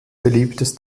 beliebtes